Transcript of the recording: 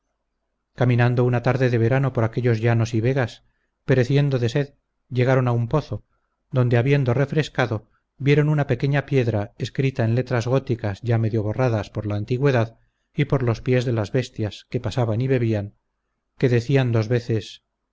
caminando una tarde de verano por aquellos llanos y vegas pereciendo de sed llegaron a un pozo donde habiendo refrescado vieron una pequeña piedra escrita en letras góticas ya medio borradas por la antigüedad y por los pies de las bestias que pasaban y bebían que decían dos veces